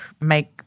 make